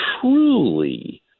truly